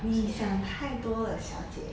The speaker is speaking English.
想太多了小姐